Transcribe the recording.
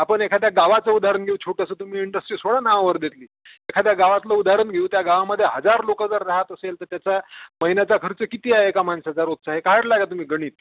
आपण एखाद्या गावाचं उदाहरण घेऊ छोटंसं तुम्ही इंडस्ट्रीज सोडा ना हो वर्धेतली एखाद्या गावातलं उदाहरण घेऊ त्या गावाममध्ये हजार लोक जर राहात असेल तर त्याचा महिन्याचा खर्च किती आहे एका माणसाचा रोजचा हे काढला का तुम्ही गणित